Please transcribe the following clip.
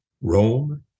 Rome